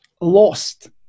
lost